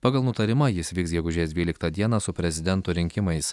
pagal nutarimą jis vyks gegužės dvyliktą dieną su prezidento rinkimais